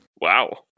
Wow